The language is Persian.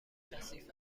کثیف